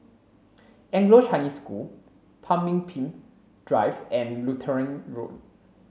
Anglo Chinese School Pemimpin Drive and Lutheran Road